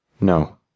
No